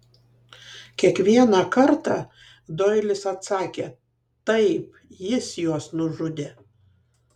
kiekvieną kartą doilis atsakė taip jis juos nužudė